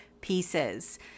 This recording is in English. pieces